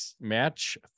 match